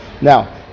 Now